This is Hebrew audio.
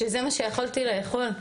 שזה מה שיכולתי לאכול.